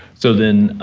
so, then,